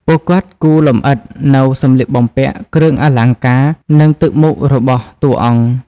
ពួកគាត់គូរលម្អិតនូវ សម្លៀកបំពាក់ គ្រឿងអលង្ការ និងទឹកមុខរបស់តួអង្គ។